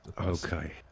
okay